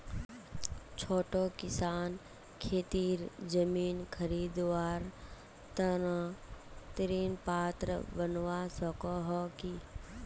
छोटो किसान खेतीर जमीन खरीदवार तने ऋण पात्र बनवा सको हो कि?